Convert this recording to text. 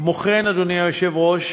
כמו כן, אדוני היושב-ראש,